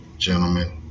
gentlemen